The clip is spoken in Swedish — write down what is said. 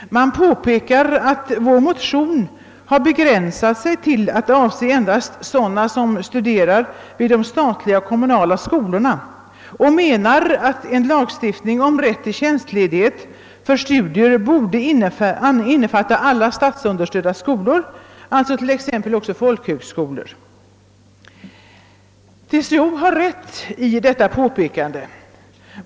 TCO påpekar att vår motion har begränsats till att avse endast sådana personer som studerar vid de statliga och kommunala skolorna. TCO framhåller vidare att »en lagstiftning om rätt till tjänstledighet för studier bör innefatta alla statsunderstödda skolor», alltså t.ex. även folkhögskolor. TCO har rätt i sitt påpekande.